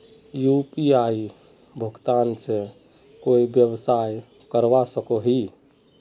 UPI भुगतान से कोई व्यवसाय करवा सकोहो ही?